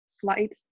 flight